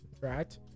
right